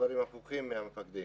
ואלה דברים הפוכים מדברי המפקדים.